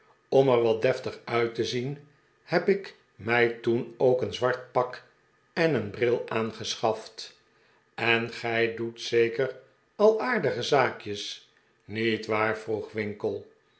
om er wat deftig uit te zien heb ik mij toen ook een zwart pak en een bril aangeschaft en gij doet zeker al aardig zaakjes niet waar vroeg winkle